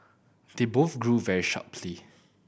the both grew very sharply